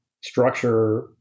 structure